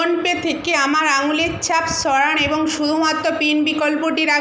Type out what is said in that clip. PhonePe থেকে আমার আঙুলের ছাপ সরান এবং শুধুমাত্র পিন বিকল্পটি রাখুন